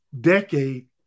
decade